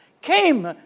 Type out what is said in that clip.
came